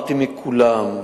אמרתי כולם,